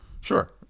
sure